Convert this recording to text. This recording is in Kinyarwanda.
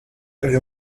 uyu